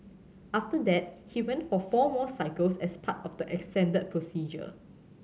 after that he went for four more cycles as part of the procedure